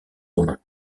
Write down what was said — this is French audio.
romain